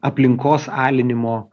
aplinkos alinimo